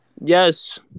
Yes